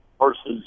versus